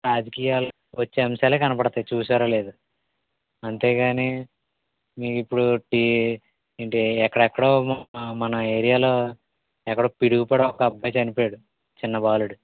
రాజకీయాలు వచ్చే అంశాలే కనబడతాయి చూసారో లేదో అంతే కాని మీ ఇప్పుడు టీ ఏంటి ఎక్కడెక్కడో ఉన్న మన ఏరియాలో ఎక్కడో పిడుగు పడి ఒక అబ్బాయి చనిపోయాడు చిన్న బాలుడు